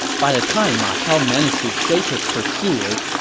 by the time ma chao managed to shake his pursuers,